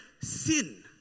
sin